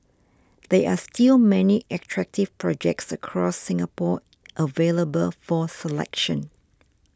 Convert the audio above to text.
there are still many attractive projects across Singapore available for selection